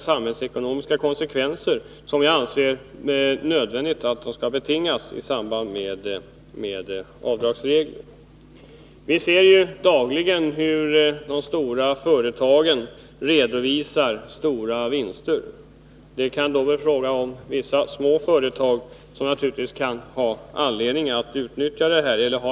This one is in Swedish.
samhällsekonomiska effekter som vi anser att sådana här avdragsregler måste betingas av. Vi ser dagligen hur de stora företagen redovisar stora vinster. Men det kan naturligtvis finnas små företag som behöver utnyttja de här avdragen.